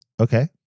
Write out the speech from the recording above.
okay